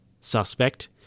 suspect